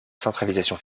centralisation